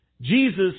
Jesus